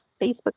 Facebook